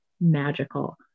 magical